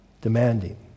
demanding